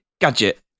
Gadget